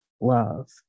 Love